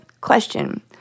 question